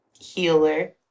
healer